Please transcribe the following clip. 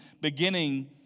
beginning